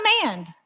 command